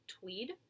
Tweed